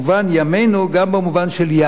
ימינו, גם במובן של ים,